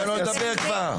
תן לו לדבר כבר.